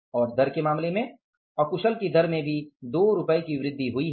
और दर के मामले में अकुशल की दर में भी 2 रुपये की वृद्धि हुई है